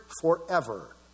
forever